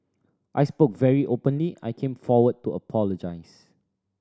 I spoke very openly I came forward to apologise